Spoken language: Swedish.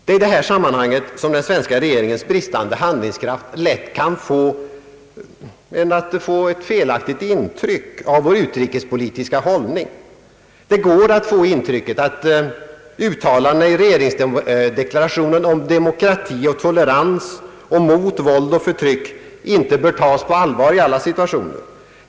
Det är i detta sammanhang som den svenska regeringens bristande handlingskraft lätt kan ge ett felaktigt intryck av vår utrikespolitiska hållning. Man kan få intrycket att uttalandena i regeringsdeklarationen om demokrati och tolerans och mot våld och förtryck inte bör tas på allvar i alla situationer.